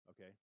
Okay